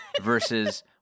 versus